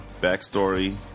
backstory